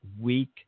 weak